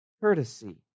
courtesy